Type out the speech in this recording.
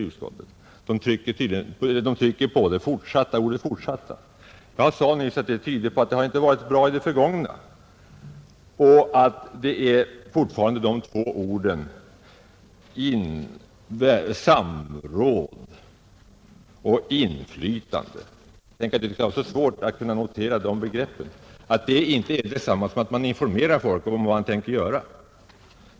Utskottet trycker på ordet ”fortsatta” och jag sade nyss att det tyder på att det inte har fungerat bra i det förgångna och att det fortfarande är de två orden ”samråd” och ”inflytande” som spelar roll. Tänk att det skall vara så svårt att kunna notera de begreppen och att samråd och inflytande inte innebär detsamma som att man informerar folk om vad man tänker göra.